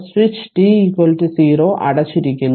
switch t 0 ൽ അടച്ചിരിക്കുന്നു